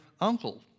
uncle